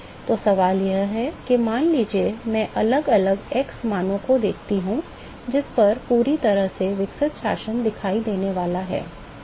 तो सवाल यह है कि मान लीजिए कि मैं अलग अलग x मानों को देखता हूं जिन पर पूरी तरह से विकसित शासन दिखाई देने वाला है